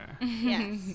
yes